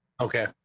Okay